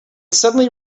suddenly